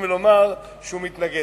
שהיה לו האומץ לקום ולומר שהוא מתנגד.